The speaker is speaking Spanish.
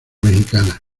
mexicana